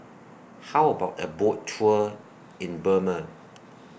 How about A Boat Tour in Burma